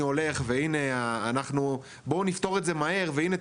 אני הולך והנה אנחנו- בואו נפתור את זה מהר והנה,